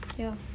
here